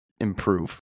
improve